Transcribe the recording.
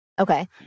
Okay